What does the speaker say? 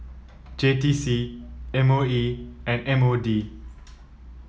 J T C M O E and M O D